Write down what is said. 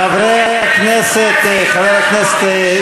חברי הכנסת.